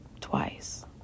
twice